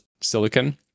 silicon